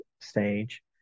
stage